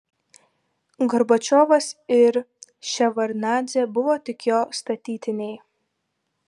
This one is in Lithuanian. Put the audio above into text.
gorbačiovas ir ševardnadzė buvo tik jo statytiniai